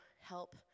help